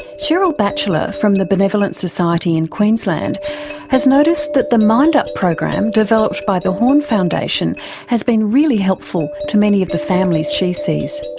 sheryl batchelor from the benevolent society in queensland has noticed that the mindup program developed by the hawn foundation has been really helpful to many of the families she sees.